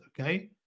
okay